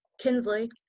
Kinsley